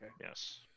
Yes